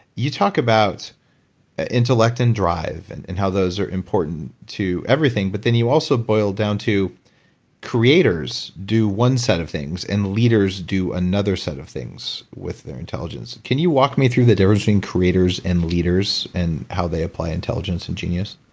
you talk about ah intellect and drive and and how those are important to everything, but then you also boil down to creators do one set of things and leaders do another set of things with their intelligence. can you walk me through the difference between creators and leaders and how they apply intelligence and genius?